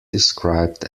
described